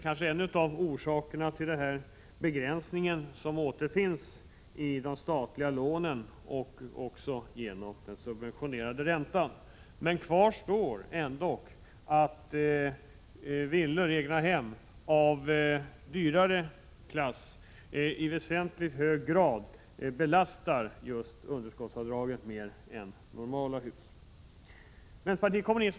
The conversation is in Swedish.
En av orsakerna till detta är troligen begränsningen i de statliga lånen och den subventionerade räntan. Kvar står ändock att villor och egnahem av dyrare klass i hög grad belastar just underskottsavdragen mer än normala hus.